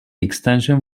extension